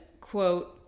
quote